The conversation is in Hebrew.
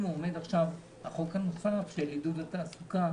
עומד עכשיו החוק הנוסף של עידוד התעסוקה,